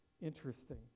Interesting